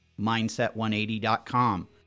mindset180.com